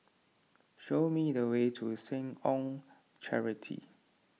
show me the way to Seh Ong Charity